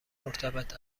مرتبط